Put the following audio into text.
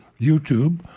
YouTube